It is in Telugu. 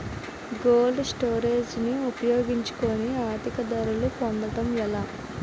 కోల్డ్ స్టోరేజ్ ని ఉపయోగించుకొని అధిక ధరలు పొందడం ఎలా?